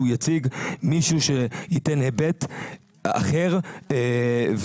יציג אלא מישהו שייתן היבט אחר עממי,